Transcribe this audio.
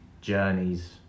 journeys